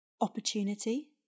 opportunity